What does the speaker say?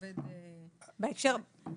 ועובדים בצוברת משמאל,